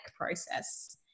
process